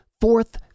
fourth